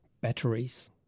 batteries